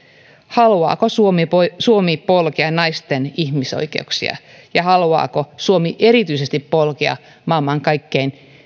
haluaako suomi polkea naisten ihmisoikeuksia ja haluaako suomi erityisesti polkea maailman kaikkein